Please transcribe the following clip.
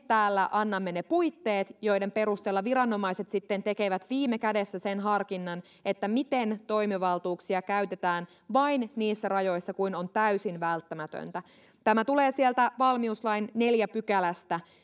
täällä annamme ne puitteet joiden perusteella viranomaiset sitten tekevät viime kädessä sen harkinnan miten toimivaltuuksia käytetään vain niissä rajoissa kuin on täysin välttämätöntä tämä tulee sieltä valmiuslain neljännestä pykälästä